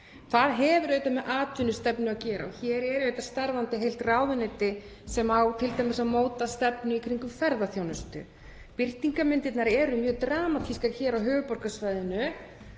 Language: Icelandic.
Það hefur auðvitað með atvinnustefnu að gera. Hér er starfandi heilt ráðuneyti sem á t.d. að móta stefnu í kringum ferðaþjónustu. Birtingarmyndirnar eru mjög dramatískar hér á höfuðborgarsvæðinu.